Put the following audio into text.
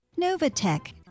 Novatech